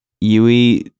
yui